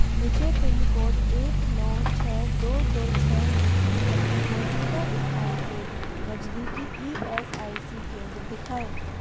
मुझे pin code एक नौ छह दो दो छह में अपने मौजूदा स्थान से नजदीकी ई एस आई सी केंद्र दिखाएँ